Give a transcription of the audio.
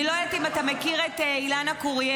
אני לא יודעת אם אתה מכיר את אילנה קוריאל.